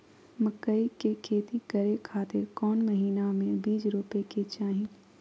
मकई के खेती करें खातिर कौन महीना में बीज रोपे के चाही?